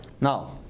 Now